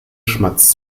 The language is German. schmatzt